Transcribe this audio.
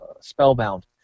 Spellbound